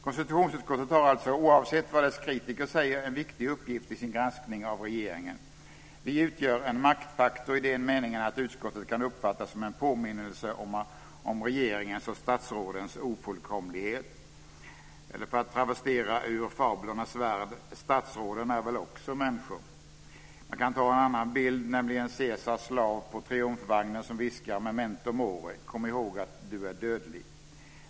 Konstitutionsutskottet har alltså - oavsett vad dess kritiker säger - en viktig uppgift i sin granskning av regeringen. Vi utgör en maktfaktor i den meningen att utskottet kan uppfattas som en påminnelse om regeringens och statsrådens ofullkomlighet. För att travestera fablernas värld: "Statsråden är väl också människor." Man kan ta en annan bild, Caesars slav på triumfvagnen som viskar "memento mori" - kom ihåg att du är dödlig.